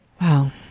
Wow